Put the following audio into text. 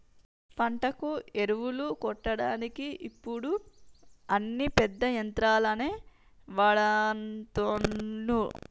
పంటకు ఎరువులు కొట్టడానికి ఇప్పుడు అన్ని పెద్ద యంత్రాలనే వాడ్తాన్లు